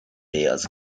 bills